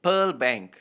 Pearl Bank